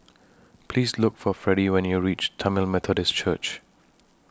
Please Look For Freddy when YOU REACH Tamil Methodist Church